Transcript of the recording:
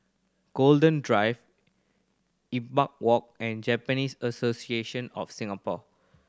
Golden Drive Imbiah Walk and Japanese Association of Singapore